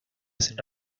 hacen